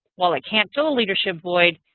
while it can't fill a leadership void,